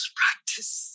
practice